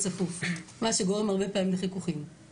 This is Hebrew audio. קניון בפתח תקווה מכיל